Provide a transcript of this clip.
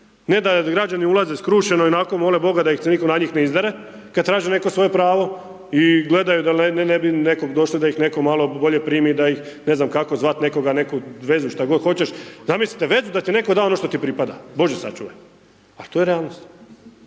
Ne da građani ulaze skrušeno i onako mole Boga da ih se nitko na njih ne izdere kad traže neko svoje pravo i gledaju dal ne bi nekog došli da ih netko malo bolje primi, da ih, ne znam kako, zvat nekoga, neku vezu, šta god hoćeš. Zamislite, vezu da ti netko da ono što ti pripada. Bože sačuvaj! A to je realnost,